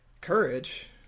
courage